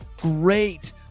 Great